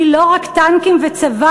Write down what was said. היא לא רק טנקים וצבא,